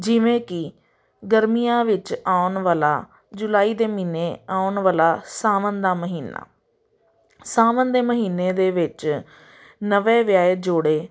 ਜਿਵੇਂ ਕਿ ਗਰਮੀਆਂ ਵਿੱਚ ਆਉਣ ਵਾਲਾ ਜੁਲਾਈ ਦੇ ਮਹੀਨੇ ਆਉਣ ਵਾਲਾ ਸਾਵਣ ਦਾ ਮਹੀਨਾ ਸਾਵਣ ਦੇ ਮਹੀਨੇ ਦੇ ਵਿੱਚ ਨਵੇਂ ਵਿਆਹੇ ਜੋੜੇ